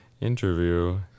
interview